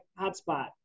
hotspot